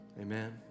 Amen